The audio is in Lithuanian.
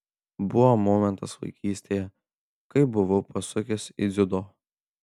buvo momentas vaikystėje kai buvau pasukęs į dziudo